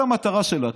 המטרה שלה,